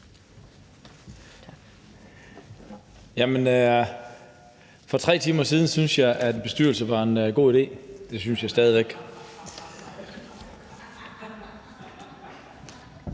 For 3 timer siden syntes jeg, at en bestyrelse var en god idé – det synes jeg stadig væk.